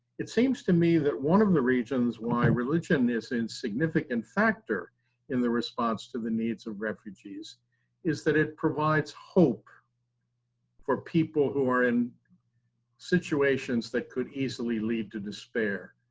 it seems to me that one of the reasons why religion is a significant factor in the response to the needs of refugees is that it provides hope for people who are in situations that could easily lead to despair.